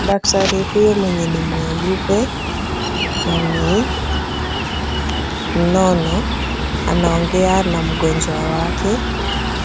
Daktari huyu mwenye ni mweupe na ni mnono anaongea na mgonjwa wake